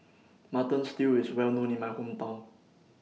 Mutton Stew IS Well known in My Hometown